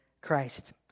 Christ